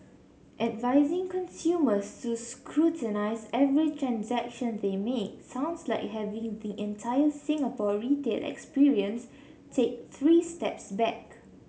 advising consumers to scrutinise every transaction they make sounds like having the entire Singapore retail experience take three steps back